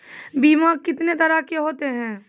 बीमा कितने तरह के होते हैं?